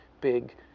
big